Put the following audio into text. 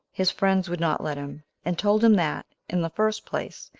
his friends would not let him and told him that, in the first place,